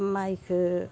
माइखो